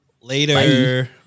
later